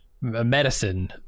medicine